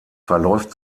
verläuft